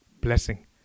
blessing